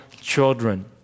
children